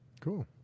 cool